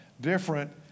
different